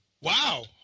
Wow